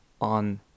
on